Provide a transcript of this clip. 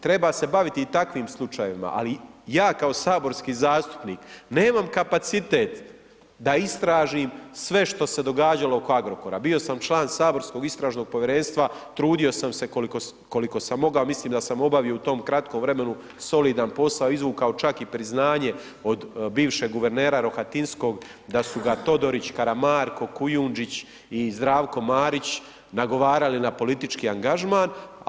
Treba se baviti takvim slučajevima, ali ja kao saborski zastupnik, nemam kapacitet, da istražim sve što se događalo oko Agrokora, bio sam član saborskog istražnog povjerenstva, trudio sam se koliko sam mogao, mislim da sam obavio u tom kratkom vremenu, solidan posao, izvukao čak i priznanje od bivšeg guvernera Rohatinskog da su ga Todorić, Kramarko, Kujundžić i Zdravko Marić nagovarali na politički angažman.